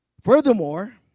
Furthermore